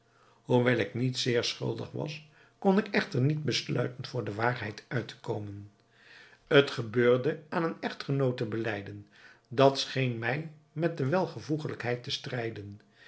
hoewel ik niet zeer schuldig was kon ik echter niet besluiten voor de waarheid uit te komen het gebeurde aan een echtgenoot te belijden dat scheen mij met de welvoegelijkheid te strijden